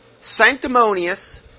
sanctimonious